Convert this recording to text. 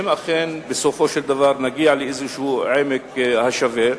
ואם אכן בסופו של דבר נגיע לאיזשהו עמק השווה,